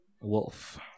Wolf